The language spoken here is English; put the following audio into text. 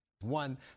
One